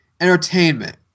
entertainment